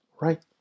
right